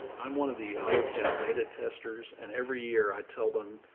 i'm one of the autocad beta testers. and every year i tell them,